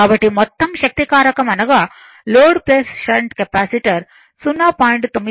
కాబట్టి మొత్తం శక్తి కారకం అనగా లోడ్ షంట్ కెపాసిటర్ 0